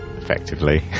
effectively